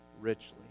richly